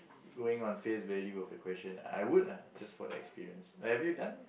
going on face value of the question I would lah just for the experience but have you done